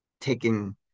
taking